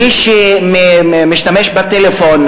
מי שמשתמש בטלפון,